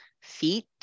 feet